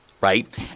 right